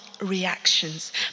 reactions